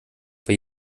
bei